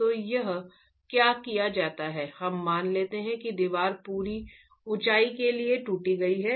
तो यहाँ क्या किया जाता है हम मान लेते हैं कि दीवार पूरी ऊंचाई के लिए टूट गई है